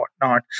whatnot